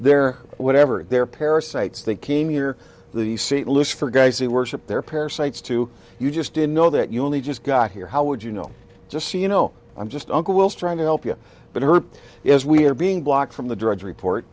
their whatever they're parasites they came here to the c list for guys who worship their parasites to you just to know that you only just got here how would you know just so you know i'm just trying to help you but her is we are being blocked from the drudge report